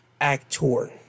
actor